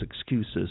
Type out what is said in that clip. excuses